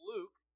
Luke